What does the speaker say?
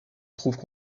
trouvent